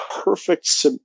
perfect